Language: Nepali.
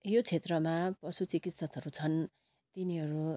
यो क्षेत्रमा पशु चिकित्सकहरू छन् तिनीहरू